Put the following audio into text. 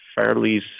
fairly